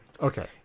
Okay